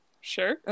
sure